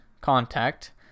contact